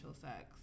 sex